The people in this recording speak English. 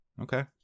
Okay